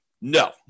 No